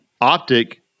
optic